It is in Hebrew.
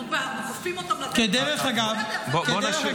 אנחנו כופים אותם לתת --- כדרך אגב --- בואו,